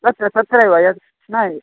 तत्र तत्रैव यत् नै